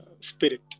spirit